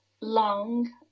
long